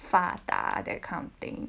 发达 that kind of thing